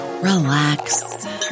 relax